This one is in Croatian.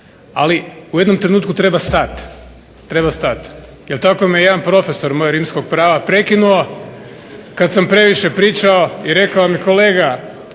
ali u jednom trenutku treba stati. Jer tako me jedan profesore moj rimskog prava prekinuo kada sam previše pričao, i rekao mi kolega,